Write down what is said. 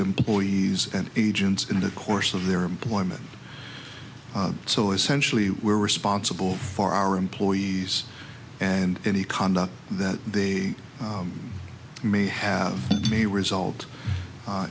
employees and agents in the course of their employment so essentially we're responsible for our employees and any conduct that they may have may result